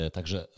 Także